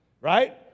right